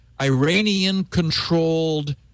Iranian-controlled